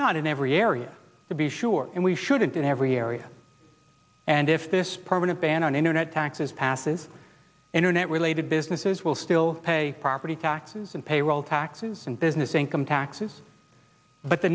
not in every area to be sure and we shouldn't in every area and if this permanent ban on internet taxes passes internet related businesses will still pay property taxes and payroll taxes and business income taxes but the